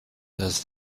does